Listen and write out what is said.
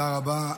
תודה רבה.